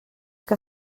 que